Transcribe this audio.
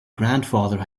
grandfather